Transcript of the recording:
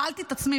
שאלתי את עצמי,